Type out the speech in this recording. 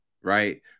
right